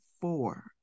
four